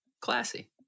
classy